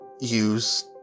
use